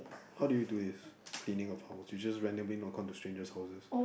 how do you do this cleaning of house you just randomly knock on the strangers' houses